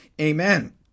Amen